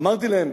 אמרתי להם,